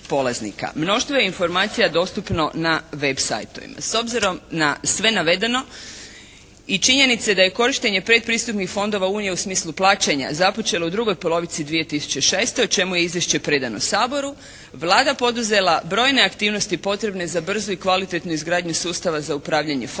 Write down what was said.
Mnoštvo je informacija dostupno na web sajtovima. S obzirom na sve navedeno i činjenice da je korištenje predpristupnih fondova unije u smislu tlačenja započelo u drugoj polovici 2006. o čemu je izvješće predano Saboru, Vlada poduzela brojne aktivnosti potrebne za brzu i kvalitetnu izgradnju sustava za upravljanje fondovima